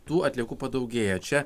tų atliekų padaugėja čia